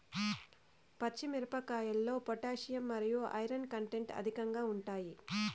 పచ్చి మిరపకాయల్లో పొటాషియం మరియు ఐరన్ కంటెంట్ అధికంగా ఉంటాయి